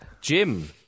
Jim